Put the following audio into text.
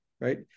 right